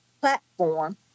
platform